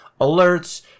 alerts